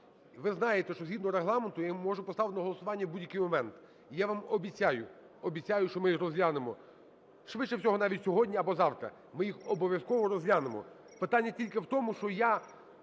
Ви знаєте, що згідно Регламенту я їх можу поставити на голосування в будь-який момент. Я вам обіцяю, обіцяю, що ми їх розглянемо, швидше всього навіть сьогодні або завтра. Ми їх обов'язково розглянемо. Питання тільки в тому, що я